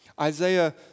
Isaiah